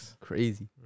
Crazy